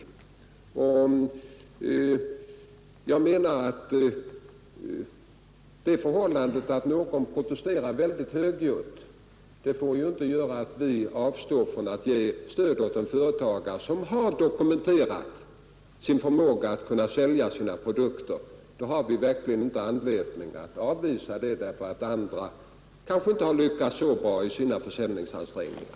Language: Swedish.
Det förhållandet att någon protesterar mycket högljutt får inte göra att vi avstår från att ge stöd åt en företagare, som har dokumenterat sin förmåga att sälja sina produkter, Vi har verkligen inte anledning att avvisa honom därför att andra kanske inte har lyckats så bra i sina försäljningsansträngningar.